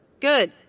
Good